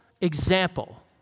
example